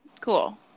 Cool